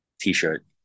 t-shirt